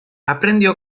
aprendió